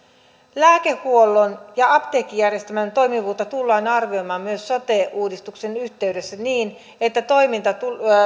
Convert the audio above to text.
lääkehuollon ja apteekkijärjestelmän toimivuutta tullaan arvioimaan myös sote uudistuksen yhteydessä niin että toiminta